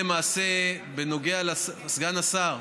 סגן השר,